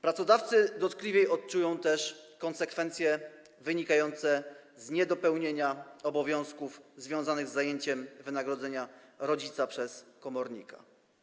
Pracodawcy dotkliwiej odczują też konsekwencje wynikające z niedopełnienia obowiązków związanych z zajęciem wynagrodzenia rodzica przez komornika.